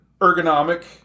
ergonomic